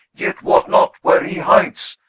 yet wot not where he hides,